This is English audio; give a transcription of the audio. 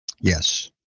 Yes